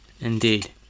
Indeed